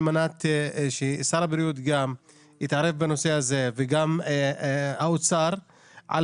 מנת ששר הבריאות גם יתערב בנושא הזה וגם האוצר על